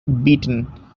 beaten